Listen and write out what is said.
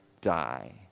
die